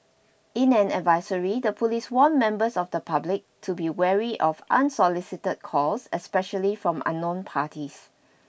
in an advisory the police warned members of the public to be wary of unsolicited calls especially from unknown parties